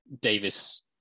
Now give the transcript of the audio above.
Davis